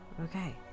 okay